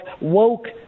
woke